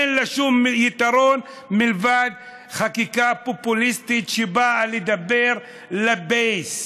אין לה שום יתרון מלבד חקיקה פופוליסטית שבאה לדבר ל-base,